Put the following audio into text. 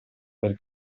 per